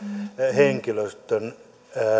henkilöstön